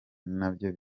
nabyo